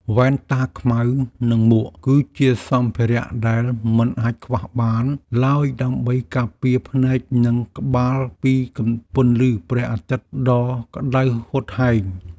វ៉ែនតាខ្មៅនិងមួក គឺជាសម្ភារៈដែលមិនអាចខ្វះបានឡើយដើម្បីការពារភ្នែកនិងក្បាលពីពន្លឺព្រះអាទិត្យដ៏ក្តៅហួតហែង។